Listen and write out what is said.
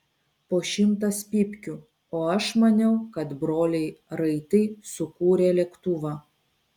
po šimtas pypkių o aš maniau kad broliai raitai sukūrė lėktuvą